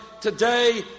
today